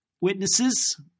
witnesses